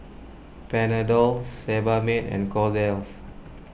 Panadol Sebamed and Kordel's